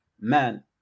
man